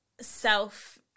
self